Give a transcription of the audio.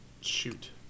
Shoot